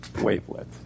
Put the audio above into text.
wavelength